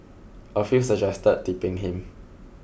a few suggested tipping him